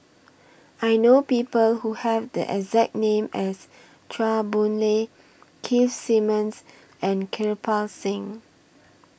I know People Who Have The exact name as Chua Boon Lay Keith Simmons and Kirpal Singh